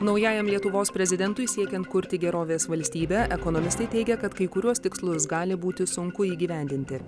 naujajam lietuvos prezidentui siekiant kurti gerovės valstybę ekonomistai teigia kad kai kuriuos tikslus gali būti sunku įgyvendinti